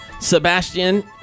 Sebastian